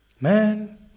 man